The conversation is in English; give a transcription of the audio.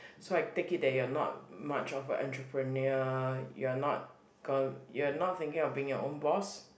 so I take it that you're not much of a entrepreneur you're not cal~ you're not thinking of being your own boss